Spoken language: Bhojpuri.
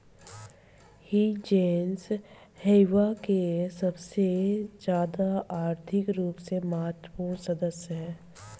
इ जीनस हेविया के सबसे ज्यादा आर्थिक रूप से महत्वपूर्ण सदस्य ह